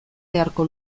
beharko